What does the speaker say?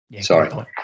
sorry